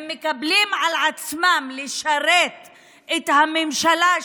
הם מקבלים על עצמם לשרת את הממשלה,